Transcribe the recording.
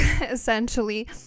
essentially